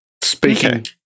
Speaking-